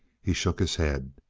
he shook his head.